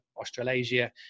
Australasia